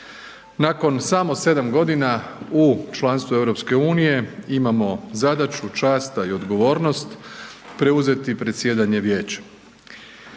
Nakon samo 7.g. u članstvu EU imamo zadaću, čast i odgovornost preuzeti predsjedanje Vijećem.